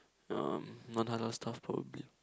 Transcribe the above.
um non halal stuff probably